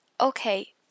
okay